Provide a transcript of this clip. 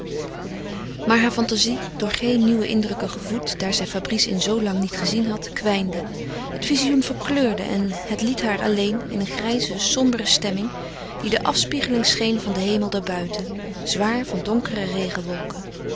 maar haar fantazie door geen nieuwe indrukken gevoed daar zij fabrice in zoo lang niet gezien had kwijnde het vizioen verkleurde en het liet haar alleen in een grijze sombere stemming die de afspiegeling scheen van den hemel daarbuiten zwaar van donkere